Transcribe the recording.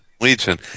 legion